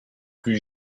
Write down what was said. plus